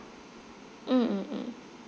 mm mm mm